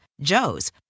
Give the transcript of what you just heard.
Joe's